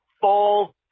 full